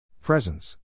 Presence